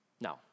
No